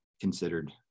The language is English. considered